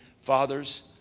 Fathers